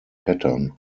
pattern